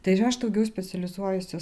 tai ir aš daugiau specializuojuosi